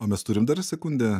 o mes turim dar sekundę